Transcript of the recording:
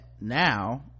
now